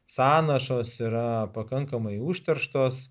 sąnašos yra pakankamai užterštos